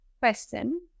question